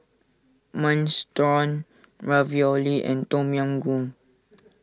Minestrone Ravioli and Tom Yam Goong